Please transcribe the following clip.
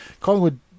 Collingwood